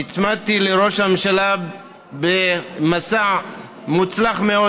נצמדתי לראש הממשלה במסע מוצלח מאוד,